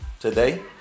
today